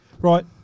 Right